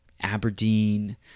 Aberdeen